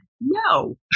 no